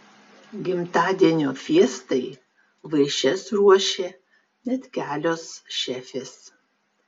gimtadienio fiestai vaišes ruošė net kelios šefės